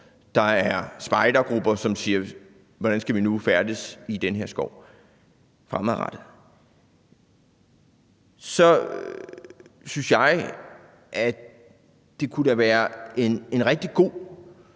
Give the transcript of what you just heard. der er spejdergrupper, som spørger, hvordan de skal færdes i den her skov fremadrettet – så synes jeg, at det da kunne være en rigtig god